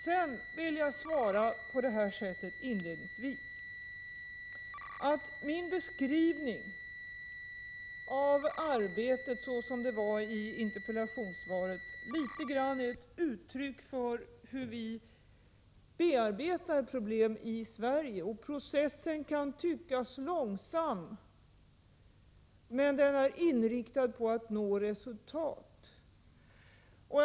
Sedan vill jag inledningsvis svara på det här sättet, att min beskrivning av arbetet, så som jag lämnade den i interpellationssvaret, litet grand är ett uttryck för hur vi bearbetar problem i Sverige. Processen kan tyckas långsam, men den är inriktad på att nå resultat.